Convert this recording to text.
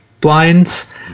blinds